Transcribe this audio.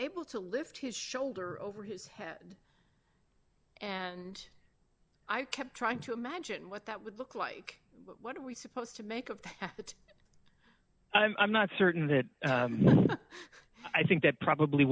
able to lift his shoulder over his head and i kept trying to imagine what that would look like what are we supposed to make of that i'm not certain that i think that probably